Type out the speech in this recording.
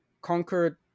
conquered